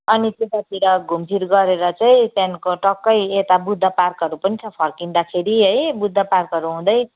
अनि त्यतातिर घुमफिर गरेर चाहिँ त्यहाँदेखिको टक्कै यता बुद्ध पार्कहरू पनि छ फर्किँदाखेरि है बुद्ध पार्कहरू हुँदै